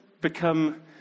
become